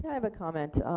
i have a comment.